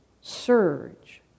surge